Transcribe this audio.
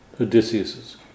Odysseus